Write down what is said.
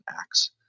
acts